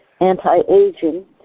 anti-aging